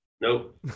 Nope